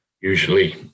Usually